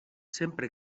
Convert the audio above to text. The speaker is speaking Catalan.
sempre